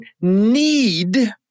need